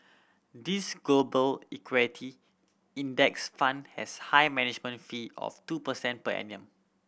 this Global Equity Index Fund has high management fee of two percent per annum